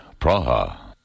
Praha